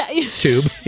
tube